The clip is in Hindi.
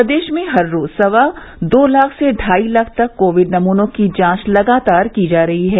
प्रदेश में हर रोज सवा दो लाख से ढाई लाख तक कोविड नमूनों की जांच लगातार की जा रही है